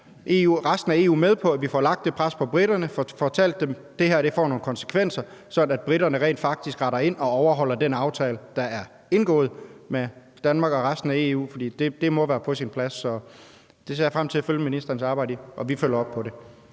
resten af EU med på, at vi får lagt et pres på briterne og får fortalt dem, at det her får nogle konsekvenser, sådan at briterne rent faktisk retter ind og overholder den aftale, der er indgået med Danmark og resten af EU. For det må være på sin plads. Så det ser jeg frem til at følge ministerens arbejde i, og vi følger op på det.